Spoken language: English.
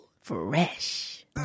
Fresh